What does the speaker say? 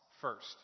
first